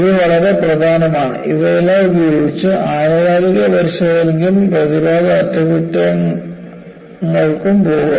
ഇത് വളരെ പ്രധാനമാണ് ഇവയെല്ലാം ഉപയോഗിച്ച് ആനുകാലിക പരിശോധനയ്ക്കും പ്രതിരോധ അറ്റകുറ്റപ്പണികൾക്കും പോകുക